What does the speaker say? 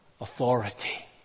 authority